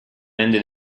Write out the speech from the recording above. ended